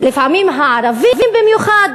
לפעמים הערבים במיוחד,